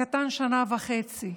הקטן, שנה וחצי.